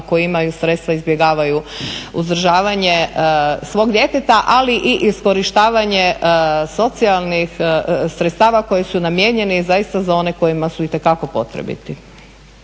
koji imaju sredstva izbjegavaju uzdržavanje svog djeteta. Ali i iskorištavanje socijalnih sredstava koji su namijenjeni zaista za one kojima su itekako potrebiti.